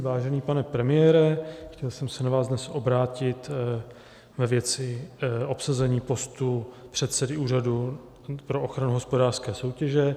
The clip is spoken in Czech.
Vážený pane premiére, chtěl jsem se na vás dnes obrátit ve věci obsazení postu předsedy Úřadu pro ochranu hospodářské soutěže.